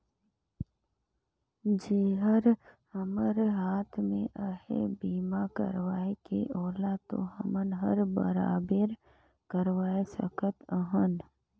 जेहर हमर हात मे अहे बीमा करवाये के ओला तो हमन हर बराबेर करवाये सकत अहन